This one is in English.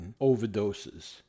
overdoses